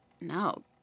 No